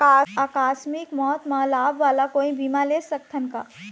आकस मिक मौत म लाभ वाला कोई बीमा ले सकथन का?